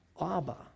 Abba